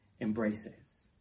embraces